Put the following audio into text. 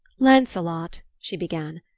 lancelot she began.